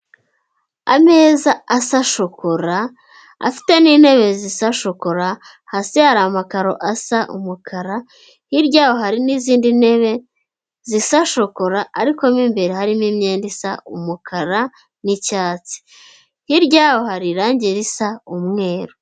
Ameza asa shokora afite n'intebe zisa shokora hasi hari amakaro asa umukara hirya yaho hari n'izindi ntebe zisa shokora ariko mo imbere harimo imyenda isa umukara n'icyatsi, hirya yaho hari irangi risa umweru.